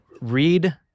read